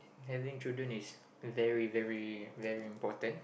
having children is very very very important